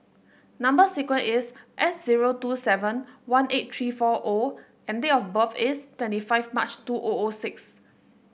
number sequence is S zero two seven one eight three four O and date of birth is twenty five March two O O six